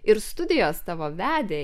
ir studijos tavo vedė